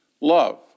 love